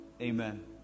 Amen